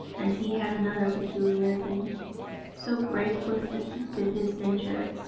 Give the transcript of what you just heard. and he had another peculiarity so great was the heat of his nature,